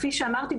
כפי שאמרתי,